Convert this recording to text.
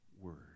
Word